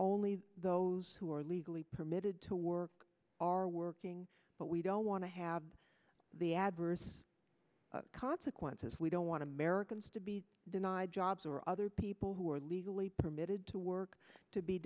only those who are legally permitted to work are working but we don't want to have the adverse consequences we don't want to marathons to be denied jobs or other people who are legally permitted to work to be